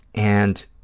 and